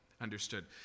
understood